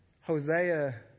Hosea